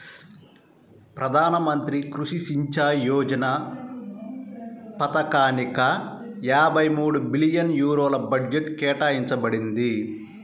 ప్రధాన మంత్రి కృషి సించాయ్ యోజన పథకానిక యాభై మూడు బిలియన్ యూరోల బడ్జెట్ కేటాయించబడింది